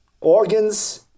organs